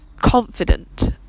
confident